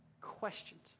questions